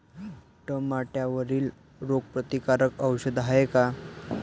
टमाट्यावरील रोग प्रतीकारक औषध हाये का?